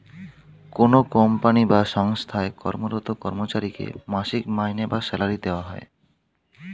কোনো কোম্পানি বা সঙ্গস্থায় কর্মরত কর্মচারীকে মাসিক মাইনে বা স্যালারি দেওয়া হয়